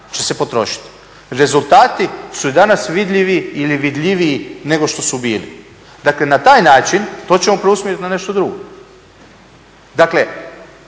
će se potrošiti. Rezultati su i danas vidljivi ili vidljiviji nego što su bili. Dakle na taj način to ćemo preusmjeriti na nešto drugo. Dakle